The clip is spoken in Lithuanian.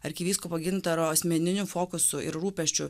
arkivyskupo gintaro asmeniniu fokusu ir rūpesčiu